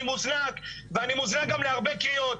אני מוזנק ואני מוזנק גם להרבה קריאות,